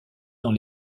dans